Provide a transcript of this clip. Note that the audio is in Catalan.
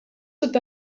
sud